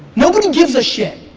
nobody gives a shit.